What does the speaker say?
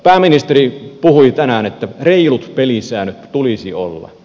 pääministeri puhui tänään että reilut pelisäännöt tulisi olla